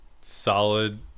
solid